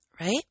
right